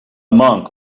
monk